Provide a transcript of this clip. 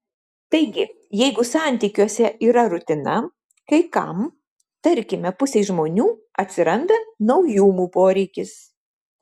taigi jeigu santykiuose yra rutina kai kam tarkime pusei žmonių atsiranda naujumų poreikis